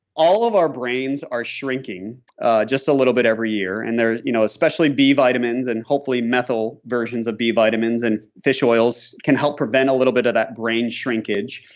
all of our brains are shrinking just a little bit every year. and you know especially b vitamins and hopefully methyl versions of b vitamins and fish oils can help prevent a little bit of that brain shrinkage.